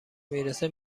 میرسه